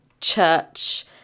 church